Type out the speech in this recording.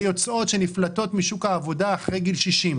שיוצאות ונפלטות משוק העבודה אחרי גיל 60,